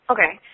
Okay